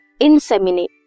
inseminate